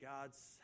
God's